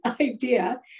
idea